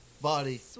Body